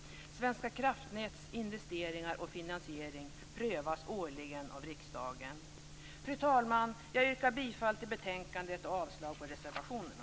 Svenska kraftnäts investeringar och finansiering prövas årligen av riksdagen. Fru talman! Jag yrkar bifall till hemställan i betänkandet och avslag på reservationerna.